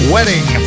Wedding